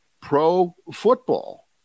pro-football